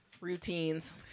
routines